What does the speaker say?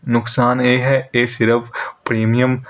ਨੁਕਸਾਨ ਇਹ ਹੈ ਇਹ ਸਿਰਫ ਪ੍ਰੀਮੀਅਮ